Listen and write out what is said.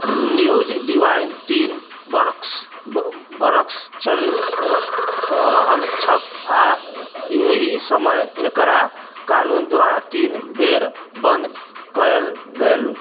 news divine तीन बरखसँ चलि रहल छैक आ एहि समय एकरा कानून द्वारा तीन बेर बन्द कएल गेलैक